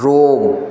Rome